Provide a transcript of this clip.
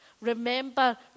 remember